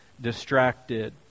distracted